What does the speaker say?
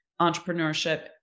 entrepreneurship